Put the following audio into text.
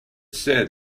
said